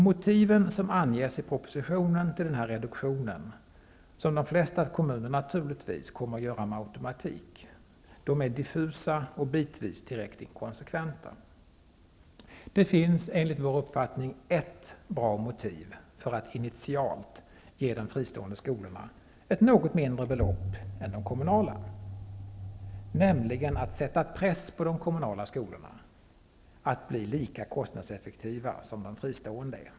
Motiven som anges i propositionen för denna reduktion -- som de flesta kommuner naturligtvis kommer att göra med automatik -- är diffusa och bitvis direkt inkonsekventa. Det finns enligt vår uppfattning ett bra motiv för att initialt ge de fristående skolorna ett något mindre belopp än de kommunala, nämligen att sätta press på de kommunala skolorna att bli lika kostnadseffektiva som de fristående är.